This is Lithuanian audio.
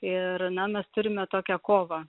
ir na mes turime tokią kovą